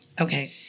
Okay